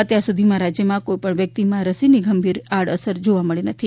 અત્યારસુધીમાં રાજ્યમાં કોઇપણ વ્યક્તિમાં રસીની ગંભીર આડઅસર જોવા મળી નથી